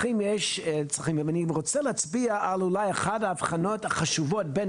אני רוצה להצביע על אולי אחת ההבחנות החשובות בין